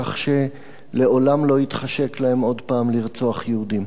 כך שלעולם לא יתחשק להם עוד הפעם לרצוח יהודים.